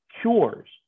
cures